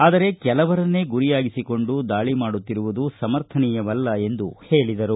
ಆದರೆ ಕೆಲವರನ್ನೇ ಗುರಿಯಾಗಿಸಿಕೊಂಡು ದಾಳಿ ಮಾಡುತ್ತಿರುವುದು ಸಮರ್ಥನೀಯವಲ್ಲ ಎಂದರು